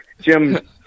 Jim